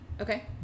Okay